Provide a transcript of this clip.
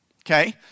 Okay